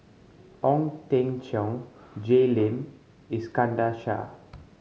Ong Teng Cheong Jay Lim Iskandar Shah